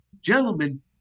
gentlemen